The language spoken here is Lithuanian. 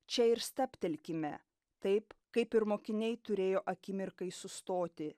čia ir stabtelkime taip kaip ir mokiniai turėjo akimirkai sustoti